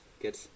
good